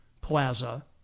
Plaza